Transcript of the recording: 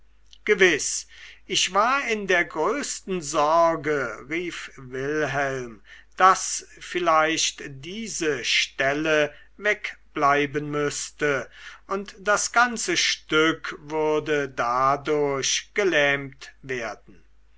gewiß ich war in der größten sorge rief wilhelm daß vielleicht diese stelle wegbleiben müßte und das ganze stück würde dadurch gelähmt werden